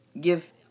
give